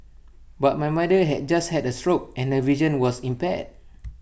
but my mother had just had A stroke and her vision was impaired